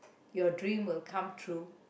your dream will come true